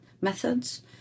methods